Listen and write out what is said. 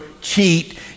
cheat